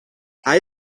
hij